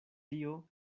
tio